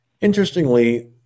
Interestingly